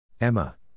Emma